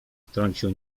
wtrącił